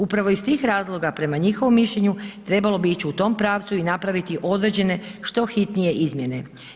Upravo iz tih razloga prema njihovom mišljenju trebalo bi ići u tom pravcu i napraviti određene što hitnije izmjene.